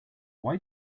why